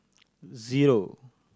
zero